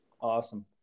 Awesome